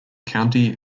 county